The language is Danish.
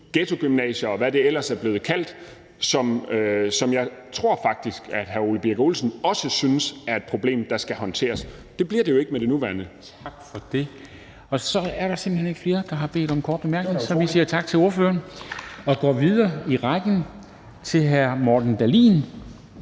ghettogymnasier, og hvad det ellers er blevet kaldt, som jeg faktisk tror at hr. Ole Birk Olesen også synes er et problem, der skal håndteres. Det bliver det jo ikke med den nuværende ordning. Kl. 11:02 Formanden (Henrik Dam Kristensen): Tak for det. Så er der simpelt hen ikke flere, der har bedt om korte bemærkninger. Vi siger tak til ordføreren – og går videre i rækken til hr. Morten Dahlin,